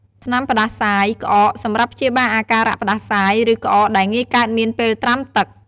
ថ្នាំផ្តាសាយ ក្អក សម្រាប់ព្យាបាលអាការៈផ្តាសាយ ឬក្អកដែលងាយកើតមានពេលត្រាំទឹក។